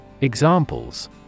Examples